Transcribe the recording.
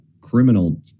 criminal